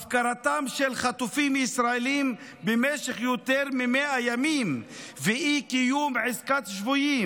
הפקרתם של חטופים ישראלים במשך יותר מ-100 ימים ואי-קיום עסקת שבויים,